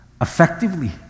effectively